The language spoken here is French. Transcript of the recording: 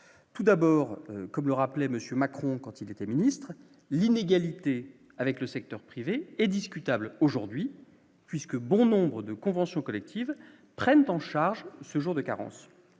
tout d'abord, comme le rappelait monsieur Macron quand il était ministre l'inégalité avec le secteur privé est discutable aujourd'hui puisque bon nombre de conventions collectives prennent en charge ce jour de carence,